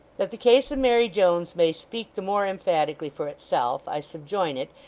that the case of mary jones may speak the more emphatically for itself, i subjoin it,